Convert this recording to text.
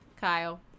Kyle